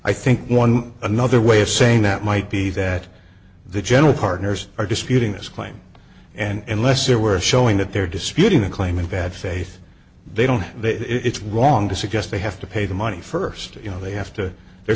i think one another way of saying that might be that the general partners are disputing this claim and lesser were showing that they're disputing a claim in bad faith they don't it's wrong to suggest they have to pay the money first you know they have to they're